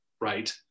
right